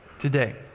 today